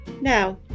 Now